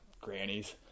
grannies